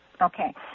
Okay